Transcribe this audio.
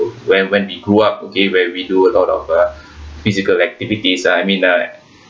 when when we grew up okay when we do a lot of uh physical activities uh I mean the